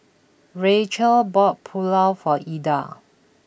Rachael bought Pulao for Ilda